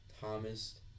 Thomas